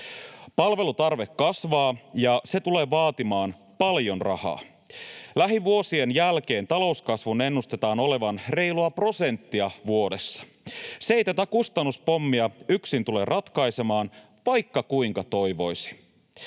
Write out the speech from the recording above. Palvelutarve kasvaa, ja se tulee vaatimaan paljon rahaa. Lähivuosien jälkeen talouskasvun ennustetaan olevan reilua prosenttia vuodessa. Se ei tätä kustannuspommia yksin tule ratkaisemaan, vaikka kuinka toivoisi.